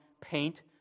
paint